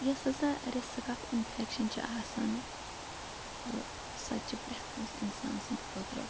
یۄس ہسا risk of infection چھُ آسن تہٕ سۄ تہِ چھِ پرٛٮ۪تھ کُنہِ اِنسان سٕنٛدۍ خٲطرٕ